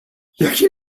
jaký